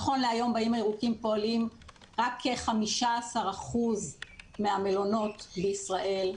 נכון להיום באיים הירוקים פועלים רק כ-15% מהמלונות בישראל,